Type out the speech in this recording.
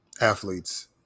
athletes